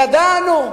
ידענו,